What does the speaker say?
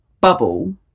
bubble